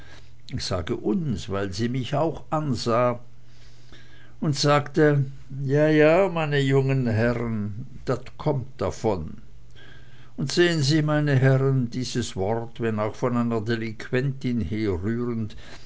sage uns weil sie mich auch ansah und sagte ja ja meine jungen herrens dat kommt davon und sehen sie meine herren dieses wort wenn auch von einer delinquentin herrührend